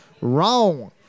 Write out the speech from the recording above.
wrong